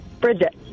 Bridget